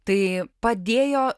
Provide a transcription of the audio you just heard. tai padėjo